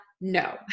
No